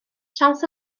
siawns